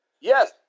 Yes